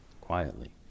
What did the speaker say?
Quietly